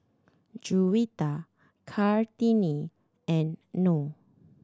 Juwita Kartini and Noh